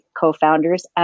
co-founders